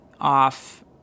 off